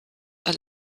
are